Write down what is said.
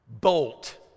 bolt